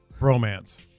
Bromance